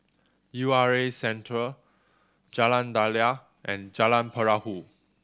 U R A Centre Jalan Daliah and Jalan Perahu